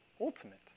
ultimate